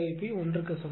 0 க்கு சமம்